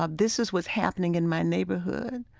ah this is what's happening in my neighborhood.